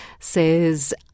says